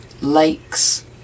lakes